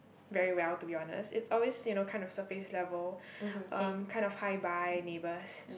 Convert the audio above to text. very well to be honest it's always you know kind of surface level um kind of hi bye neighbours